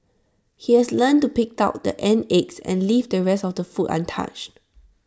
he has learnt to pick out the ant eggs and leave the rest of the food untouched